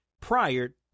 prior